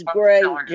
great